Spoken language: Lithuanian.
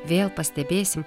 vėl pastebėsim